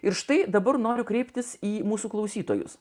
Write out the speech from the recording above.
ir štai dabar noriu kreiptis į mūsų klausytojus